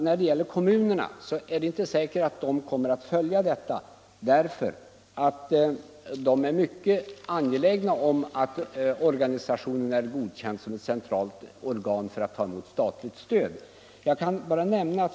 När det gäller kommunerna är det inte säkert att dessa kommer att ha samma inställning. Kommunerna håller nämligen mycket strikt på att organisationen är godkänd som ett centralt organ för att ta emot statligt stöd.